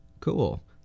Cool